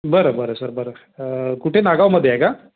बरं बरं सर बरं कुठे नागावमध्ये आहे का